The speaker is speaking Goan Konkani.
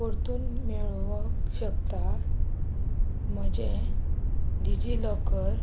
परतून मेळोवक शकता म्हजें डिजिलॉकर